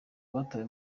batawe